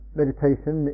meditation